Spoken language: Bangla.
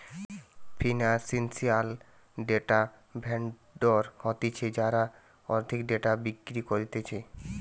ফিনান্সিয়াল ডেটা ভেন্ডর হতিছে যারা আর্থিক ডেটা বিক্রি করতিছে